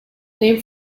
named